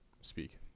speak